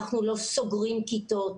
אנחנו לא סוגרים כיתות,